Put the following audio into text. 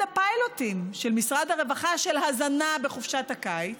הפיילוטים של משרד הרווחה להזנה בחופשת הקיץ,